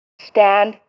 Stand